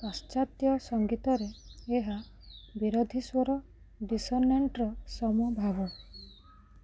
ପାଶ୍ଚାତ୍ୟ ସଂଗୀତରେ ଏହା ବିରୋଧୀ ସ୍ଵର ଡିଷୋନେଣ୍ଟର ସମଭାବ